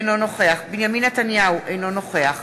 אינו נוכח בנימין נתניהו, אינו נוכח